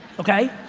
okay.